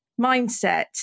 mindset